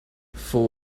for